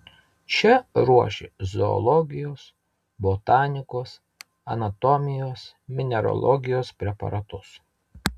čia ruošė zoologijos botanikos anatomijos mineralogijos preparatus